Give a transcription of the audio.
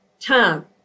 time